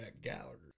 Gallagher